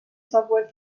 software